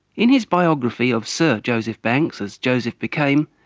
in his biography of sir joseph banks, as joseph became,